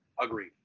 Agreed